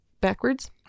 backwards